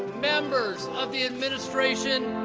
members of the administration,